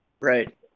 Right